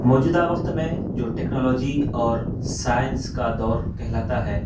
موجودہ وقت میں جو ٹیکنالوجی اور سائنس کا دور کہلاتا ہے